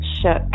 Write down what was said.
shook